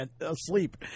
asleep